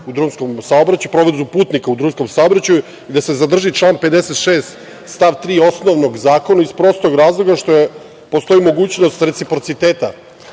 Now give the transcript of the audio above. o izmeni Zakona o prevozu putnika u drumskom saobraćaju i da se zadrži član 56. stav 3. osnovnog zakona, iz prostog razloga što postoji mogućnost reciprociteta,